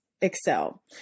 Excel